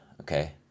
okay